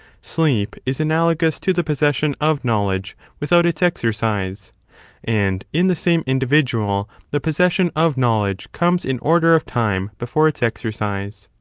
sleep is analogous to the possession of knowledge without its exercise and in the same individual the possession of knowledge comes in order of time before its exercise.